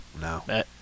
No